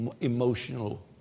emotional